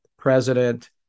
president